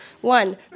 One